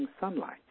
sunlight